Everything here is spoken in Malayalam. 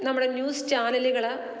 നമ്മുടെ ന്യൂസ് ചാനലുകൾ